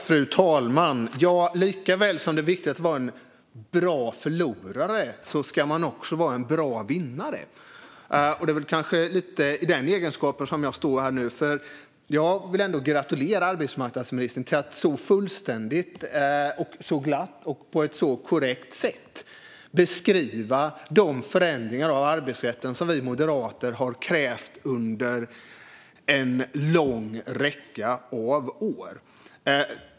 Fru talman! Likaväl som det är viktigt att vara en bra förlorare ska man vara en bra vinnare, och det är väl kanske lite i egenskap av det jag står här nu. Jag vill nämligen gratulera arbetsmarknadsministern till att på ett så fullständigt, glatt och korrekt sätt ha beskrivit de förändringar av arbetsrätten som vi moderater har krävt under en lång räcka år.